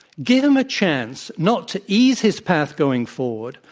give him a chance not to ease his path going forward,